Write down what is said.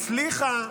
הצליחה,